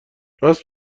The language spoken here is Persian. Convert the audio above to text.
راست